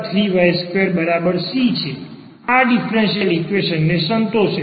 આ differential equation ને સંતોષે છે